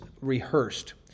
rehearsed